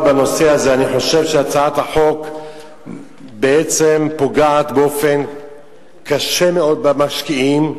חושב שהצעת החוק בעצם פוגעת באופן קשה מאוד במשקיעים,